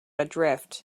adrift